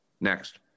Next